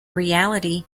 reality